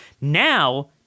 Now